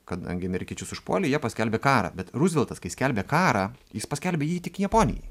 kadangi amerikiečius užpuolė jie paskelbė karą bet ruzveltas kai skelbė karą jis paskelbė jį tik japonijai